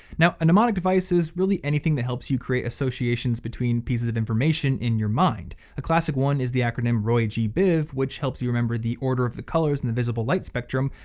now, a mnemonic device is really anything that helps you create associations between pieces of information in your mind. the classic one is the acronym, roygbiv, which helps you remember the order of the colors in the visible light spectrum,